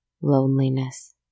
loneliness